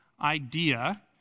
idea